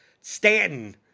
Stanton